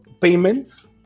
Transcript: payments